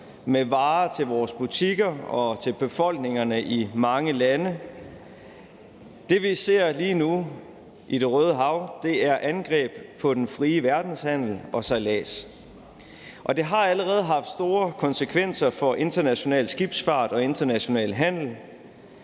med varer til vores butikker og til befolkningerne i mange lande. Det, vi ser lige nu i Det Røde Hav, er angreb på den frie verdenshandel og sejlads, og det har allerede haft store konsekvenser for international skibsfart og international handel.